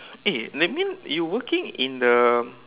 eh that mean you working in the